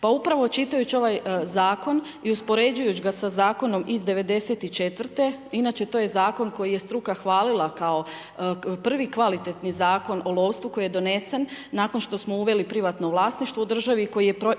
Pa upravo čitajući ovaj Zakon i uspoređujući ga sa Zakonom iz 1994., inače to je Zakon koji je struka hvalila kao prvi kvalitetni Zakon o lovstvu, koji je donesen nakon što smo uveli privatno vlasništvo u državi. I koji prepisan